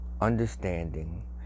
understanding